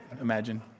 imagine